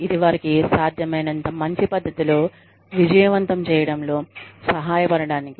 ఇది వారికి సాధ్యమైనంత మంచి పద్ధతిలో విజయవంతం చేయడంలో సహాయపడటానికి